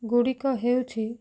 ଗୁଡ଼ିକ ହେଉଛି